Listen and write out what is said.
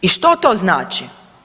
I što to znači?